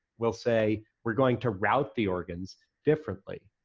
we'll say, we're going to route the organs differently.